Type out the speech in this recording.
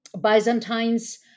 Byzantines